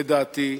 לדעתי,